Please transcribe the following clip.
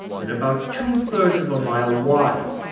then about two-thirds of a mile wide.